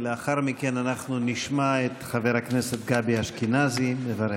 ולאחר מכן אנחנו נשמע את חבר הכנסת גבי אשכנזי מברך.